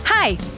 Hi